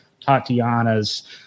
Tatiana's